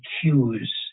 cues